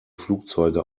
flugzeuge